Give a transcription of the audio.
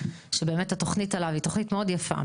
שבאמת התוכנית עליו היא תוכנית מאוד יפה.